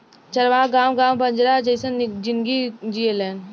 चरवाह गावं गावं बंजारा जइसन जिनगी जिऐलेन